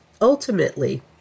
Ultimately